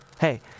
hey